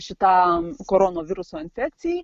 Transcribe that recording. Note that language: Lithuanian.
šitam koronaviruso infekcijai